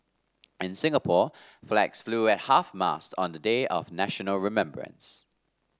in Singapore flags flew at half mast on the day of national remembrance